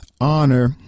honor